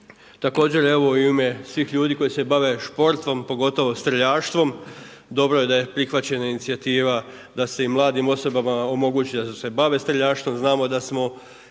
Također evo i u ime svih ljudi koji se bave športom pogotovo streljaštvom dobro je da je prihvaćena inicijativa da se i mladim osobama omogući da se bave streljaštvom.